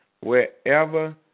wherever